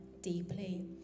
deeply